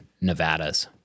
Nevadas